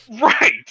Right